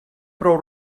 prou